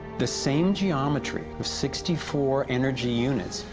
the same geometry, with sixty four energy units,